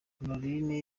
honorine